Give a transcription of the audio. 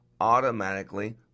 automatically